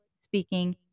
speaking